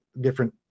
different